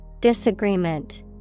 Disagreement